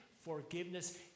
forgiveness